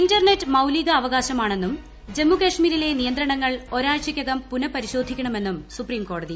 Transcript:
internet മൌലികാവക്ിശ്രമാണെന്നും ജമ്മുകൾമീരിലെ നിയന്ത്രണങ്ങൾ ഒരാഴ്ചയ്ക്കകം പുനഃപരിശോധിക്കണ്ട്മെന്നും സുപ്രീംകോടതി